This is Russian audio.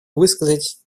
высказать